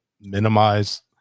minimize